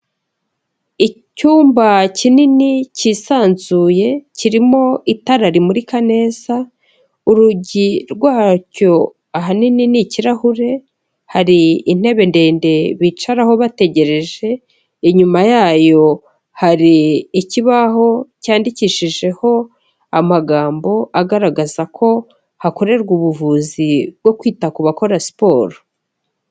Icyumba kinini kisanzuye kirimo itara rimurika neza, urugi rwacyo ahanini ni ikirahure, hari intebe ndende bicaraho bategereje. Inyuma yayo hari ikibaho cyandikishijeho amagambo agaragaza ko hakorerwa ubuvuzi bwo kwita ku bakora siporo.